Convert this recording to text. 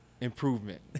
improvement